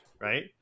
right